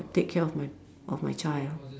take care of my of my child